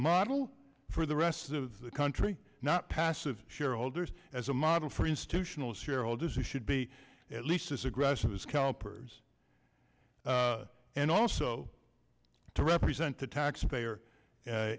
model for the rest of the country not passive shareholders as a model for institutional shareholders who should be at least as aggressive as scalpers and also to represent the taxpayer